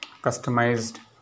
customized